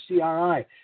CRI